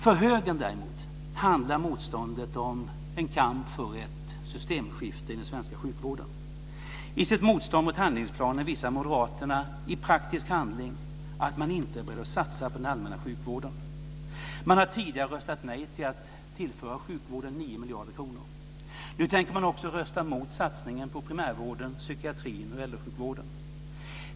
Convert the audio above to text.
För högern handlar motståndet däremot om en kamp för ett systemskifte i den svenska sjukvården. I sitt motstånd mot handlingsplanen visar moderaterna i praktisk handling att man inte behöver satsa på den allmänna sjukvården. Man har tidigare röstat nej till att tillföra sjukvården 9 miljarder kronor. Nu tänker man också rösta emot satsningen på primärvården, psykiatrin och äldresjukvården.